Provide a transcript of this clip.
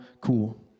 cool